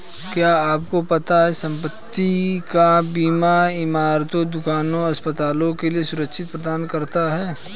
क्या आपको पता है संपत्ति का बीमा इमारतों, दुकानों, अस्पतालों के लिए सुरक्षा प्रदान करता है?